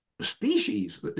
species